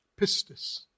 Pistis